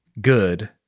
good